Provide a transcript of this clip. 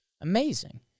amazing